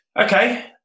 Okay